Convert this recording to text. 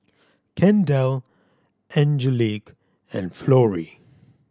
Kendell Angelique and Florie